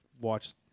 watch